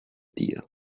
deal